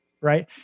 Right